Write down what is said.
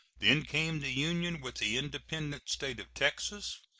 then came the union with the independent state of texas,